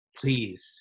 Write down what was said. Please